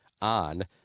On